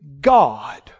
God